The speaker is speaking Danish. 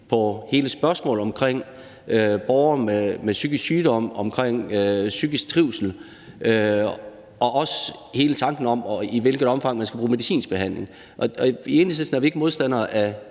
på hele spørgsmålet om borgere med psykisk sygdom, om psykisk trivsel og også hele tanken om, i hvilket omfang man skal bruge medicinsk behandling. I Enhedslisten er vi ikke modstandere af